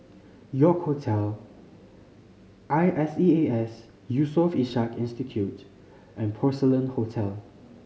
York Hotel I S E A S Yusof Ishak Institute and Porcelain Hotel